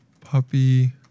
puppy